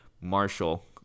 marshall